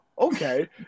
Okay